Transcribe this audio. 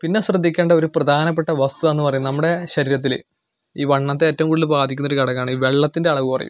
പിന്നെ ശ്രദ്ധിക്കേണ്ട ഒരു പ്രധാനപ്പെട്ട വസ്തുത എന്ന് പറയുന്നത് നമ്മുടെ ശരീരത്തിൽ ഈ വണ്ണത്തെ ഏറ്റവും കൂടുതൽ ബാധിക്കുന്ന ഒരു ഘടകം ആണ് ഈ വെള്ളത്തിൻ്റെ അളവ് കുറയും